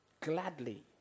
Gladly